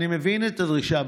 אני מבין את הדרישה,